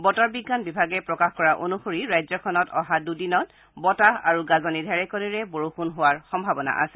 বতৰ বিজ্ঞান বিভাগে প্ৰকাশ কৰা অনুসৰি ৰাজ্যখনত অহা দুদিনত বতাহ আৰু গাজনি ঢেৰেকনিৰে বৰষুণ হোৱাৰ সম্ভাৱনা আছে